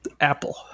Apple